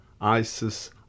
ISIS